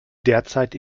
derzeit